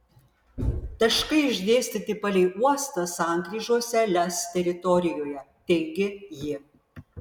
taškai išdėstyti palei uostą sankryžose lez teritorijoje teigė ji